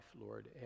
Lord